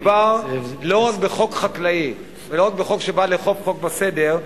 מדובר לא רק בחוק חקלאי ולא רק בחוק שבא לאכוף חוק וסדר,